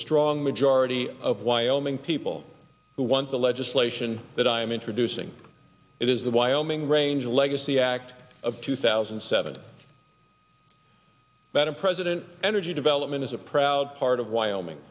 strong majority of wyoming people who want the legislation that i'm introducing it is the wyoming range legacy act of two thousand and seven better president energy development is a proud part of wyoming